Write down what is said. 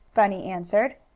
bunny answered.